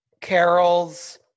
Carol's